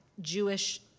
Jewish